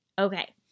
Okay